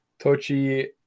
Tochi